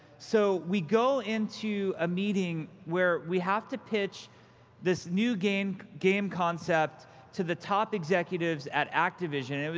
so, we go into a meeting where we have to pitch this new game game concept to the top executives at activision.